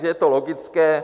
Je to logické.